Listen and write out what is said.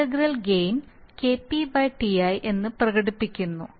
integral gain Kp Ti എന്ന് പ്രകടിപ്പിക്കുന്നു